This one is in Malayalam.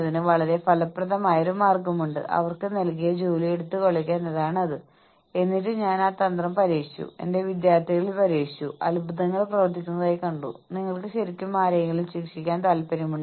അതിനാൽ ഓർഗനൈസേഷൻ ഇത്രയധികം ഉൽപ്പാദിപ്പിച്ചതും എല്ലാം കൃത്യമായി നിരത്തിയതും നിങ്ങൾ കാരണമാണെന്ന് സാധാരണയായി നിങ്ങൾക്ക് തോന്നുന്നു